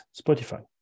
Spotify